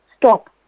stop